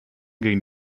gegen